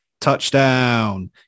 touchdown